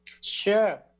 Sure